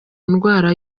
ndwara